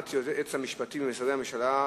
כהונת יועץ משפטי במשרדי הממשלה,